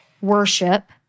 worship